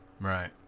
Right